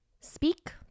speak